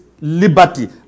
liberty